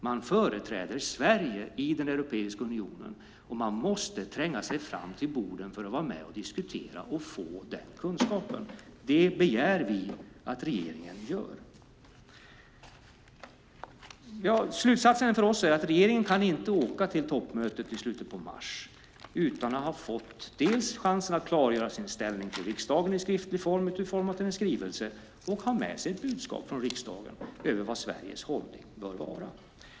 Man företräder Sverige i Europeiska unionen, och man måste tränga sig fram till borden för att vara med och diskutera och få den kunskapen. Det begär vi att regeringen gör. Slutsatsen för oss är att regeringen inte kan åka till toppmötet i slutet på mars utan att ha fått chansen att klargöra sin ställning till riksdagen i skriftlig form, utformad i en skrivelse, och ha med sig ett budskap från riksdagen om vad Sveriges hållning bör vara.